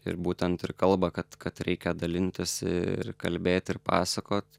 ir būtent ir kalba kad kad reikia dalintis ir kalbėti ir pasakot